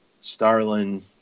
Starlin